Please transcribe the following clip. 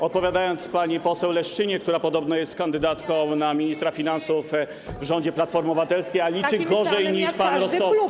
Odpowiem pani poseł Leszczynie, która podobno jest kandydatką na ministra finansów w rządzie Platformy Obywatelskiej, a liczy gorzej niż pan Rostowski.